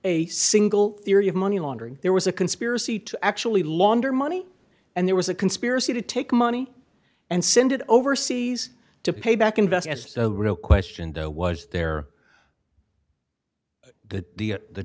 a single theory of money laundering there was a conspiracy to actually launder money and there was a conspiracy to take money and send it overseas to pay back investors the real question though was there that the